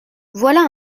voilà